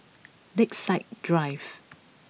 Lakeside Drive